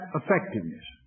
effectiveness